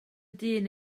dyn